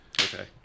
Okay